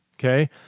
okay